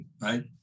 right